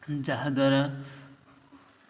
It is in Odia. ଯାହାଦ୍ୱାରା